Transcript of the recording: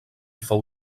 fou